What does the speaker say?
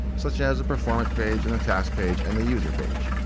such as the performance page and the task page and the user page.